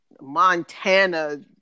Montana